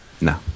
No